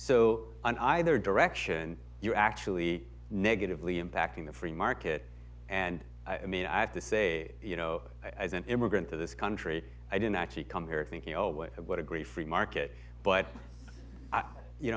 so on either direction you're actually negatively impacting the free market and i mean i have to say you know as an immigrant to this country i didn't actually come here thinking oh with what a great free market but